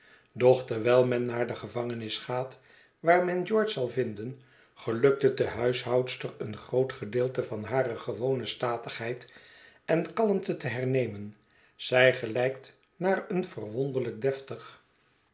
terwijl men naar de gevangenis gaat waar men george zal vinden gelukt het de huishoudster een groot gedeelte van hare gewone statigheid en kalmte te hernemen zij gelijkt naar een verwonderlijk deftig